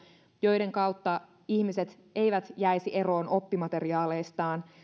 joiden kautta ihmiset eivät jäisi eroon oppimateriaaleistaan